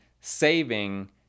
saving